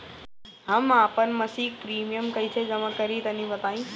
हम आपन मसिक प्रिमियम कइसे जमा करि तनि बताईं?